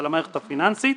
ועל המערכת הפיננסית.